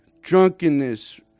drunkenness